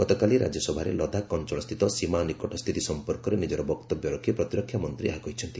ଗତକାଲି ରାଜ୍ୟସଭାରେ ଲଦାଖ୍ ଅଞ୍ଚଳସ୍ଥିତ ସୀମା ନିକଟ ସ୍ଥିତି ସମ୍ପର୍କରେ ନିଜର ବକ୍ତବ୍ୟ ରଖି ପ୍ରତିରକ୍ଷା ମନ୍ତ୍ରୀ ଏହା କହିଛନ୍ତି